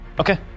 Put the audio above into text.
Okay